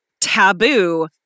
taboo